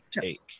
take